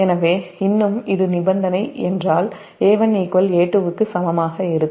எனவே இன்னும் இது நிபந்தனை என்றால் A1 A2 சமமாக இருக்கும்